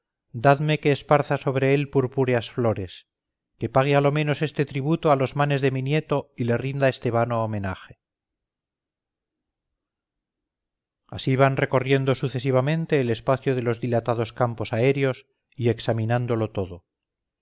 dadme que esparza sobre él purpúreas flores que pague a los menos este tributo a los manes de mi nieto y le rinda este vano homenaje así van recorriendo sucesivamente el espacio de los dilatados campos aéreos y examinándolo todo